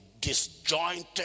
disjointed